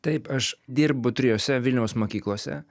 taip aš dirbu trijose vilniaus mokyklose